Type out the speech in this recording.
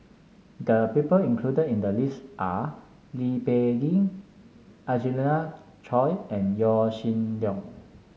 people included in the list are Lee Peh Gee Angelina Choy and Yaw Shin Leong